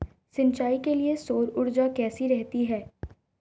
सिंचाई के लिए सौर ऊर्जा कैसी रहती है?